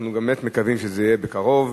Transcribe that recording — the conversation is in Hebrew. אנחנו באמת מקווים שזה יהיה בקרוב.